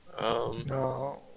no